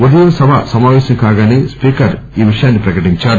ఉదయం సభ సమాపేశం కాగాసే స్పీకరు ఈ విషయాన్ని ప్రకటించారు